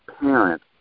parent